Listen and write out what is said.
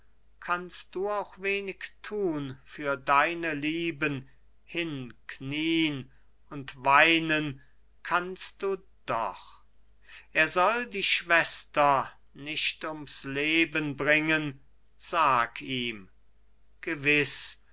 kannst du auch wenig thun für deine lieben hinknien und weinen kannst du doch er soll die schwester nicht ums leben bringen sag ihm gewiß